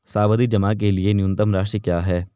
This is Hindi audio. सावधि जमा के लिए न्यूनतम राशि क्या है?